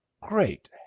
great